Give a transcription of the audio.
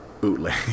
bootleg